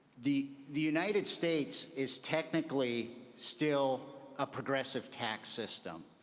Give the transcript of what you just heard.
the the united states is technically still a progressive tax system.